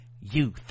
youth